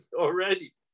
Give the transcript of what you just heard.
Already